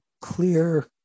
clear